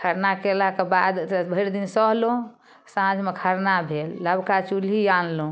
खरना कयलाक बाद से भरि दिन सहलहुँ साँझमे खरना भेल नबका चूल्ही आनलहुँ